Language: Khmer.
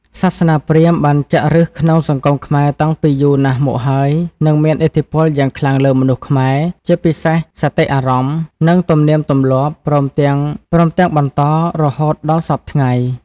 សាសនាព្រាហ្មណ៍បានចាក់ឫសក្នុងសង្គមខ្មែរតាំងពីយូរណាស់មកហើយ និង មានឥទ្ធិពលយ៉ាងខ្លាំងលើមនុស្សខ្មែរ ជាពិសេសសតិអារម្មណ៍ និងទំនៀមទម្លាប់ ព្រមទាំងមន្តរហូតដល់សព្វថ្ងៃនេះ។